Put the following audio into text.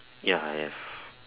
ya I have